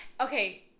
Okay